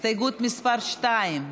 הסתייגות מס' 2,